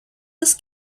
this